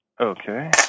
Okay